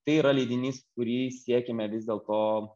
tai yra leidinys kurį siekiame vis dėl to